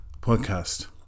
podcast